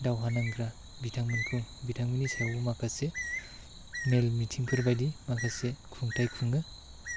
दावहा नांग्रा बिथांमोनखौ बिथांमोननि सायावबो माखासे मेल मिथिंफोरबायदि माखासे खुंथाइ खुङो